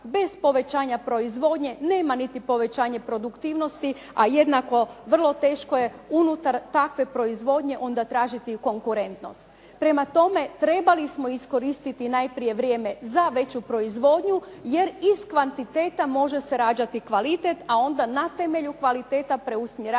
Bez povećanja proizvodnje nema niti povećanja produktivnosti, a jednako vrlo teško je unutar takve proizvodnje onda tražiti konkurentnost. Prema tome, trebali smo iskoristiti najprije vrijeme za veću proizvodnju, jer iz kvantiteta može se rađati kvalitet, a onda na temelju kvaliteta preusmjeravati